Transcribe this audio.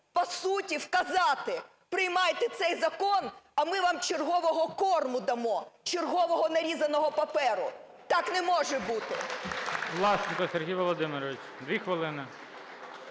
по суті, вказати: приймайте цей закон, а ми вам чергового корму дамо, чергового нарізаного паперу. Так не може бути! ГОЛОВУЮЧИЙ. Власенко Сергій Володимирович, 2 хвилини.